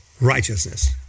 righteousness